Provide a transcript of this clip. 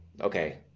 okay